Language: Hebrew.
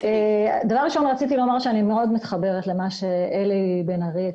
דבר ראשון רציתי לומר שאני מאוד מתחברת למה שאמר אלי בן ארי.